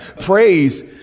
Praise